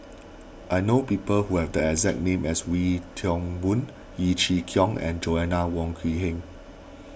I know people who have the exact name as Wee Toon Boon Yeo Chee Kiong and Joanna Wong Quee Heng